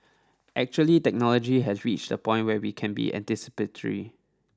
actually technology has reached a point where we can be anticipatory